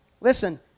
Listen